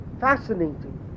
fascinating